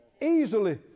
easily